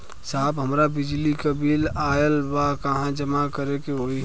साहब हमार बिजली क बिल ऑयल बा कहाँ जमा करेके होइ?